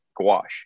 gouache